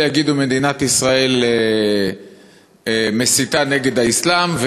אלה יגידו: מדינת ישראל מסיתה נגד האסלאם,